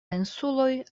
insuloj